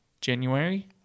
January